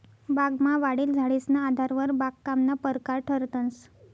बागमा वाढेल झाडेसना आधारवर बागकामना परकार ठरतंस